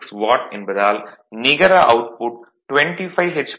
746 watt என்பதால் நிகர output 25 H